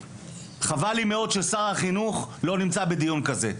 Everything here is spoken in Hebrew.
חבל לי מאוד ששר החינוך לא נמצא בדיון כזה.